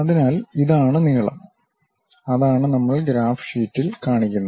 അതിനാൽ ഇതാണ് നീളം അതാണ് നമ്മൾ ഗ്രാഫ് ഷീറ്റിൽ കാണിക്കുന്നത്